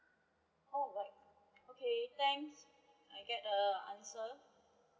oh but okay thanks I get the answer